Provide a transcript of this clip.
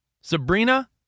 Sabrina